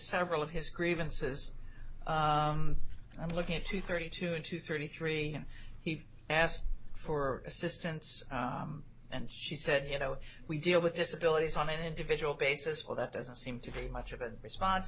several of his grievances i'm looking at two thirty to two thirty three he asked for assistance and she said you know we deal with disability on an individual basis well that doesn't seem to be much of a response